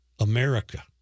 America